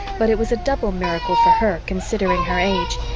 but it was a double miracle for her, considering her age,